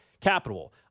capital